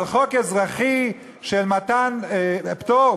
אבל חוק אזרחי של מתן פטור,